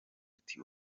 ati